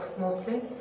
mostly